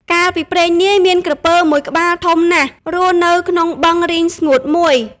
កាលពីព្រេងនាយ មានក្រពើមួយក្បាលធំណាស់ រស់នៅក្នុងបឹងរីងស្ងួតមួយ។